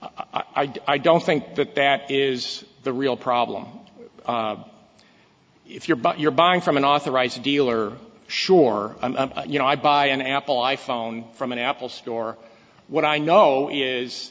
i don't think that that is the real problem if you're but you're buying from an authorized dealer sure you know i buy an apple i phone from an apple store what i know is